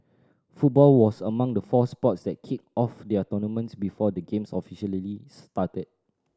football was among the four sports that kicked off their tournaments before the Games officially started